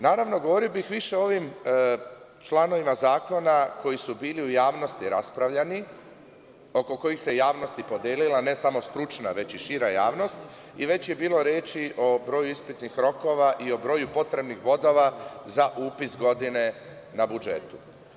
Naravno, govorio bih više o ovim članovima zakona koji su bili u javnosti raspravljani, oko kojih se javnost podelila, ne samo stručna, već i šira javnost i već je bilo reči o broju ispitnih rokova i o broju potrebnih bodova za upis godine na budžetu.